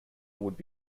would